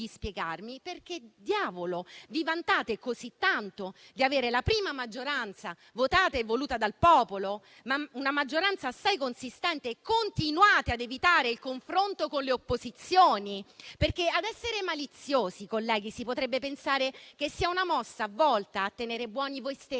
spiegarmi è perché diavolo vi vantate così tanto di avere la prima maggioranza votata e voluta dal popolo, una maggioranza assai consistente, e continuate ad evitare il confronto con le opposizioni. Ad essere maliziosi, colleghi, si potrebbe pensare che sia una mossa volta a tenere buoni voi stessi,